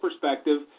perspective